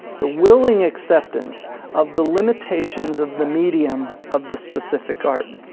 the willing acceptance of the limitations of the medium of the specific art.